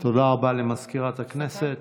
תודה רבה למזכירת הכנסת.